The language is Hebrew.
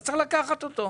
אז צריך לקחת אותו.